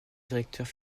directeur